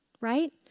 Right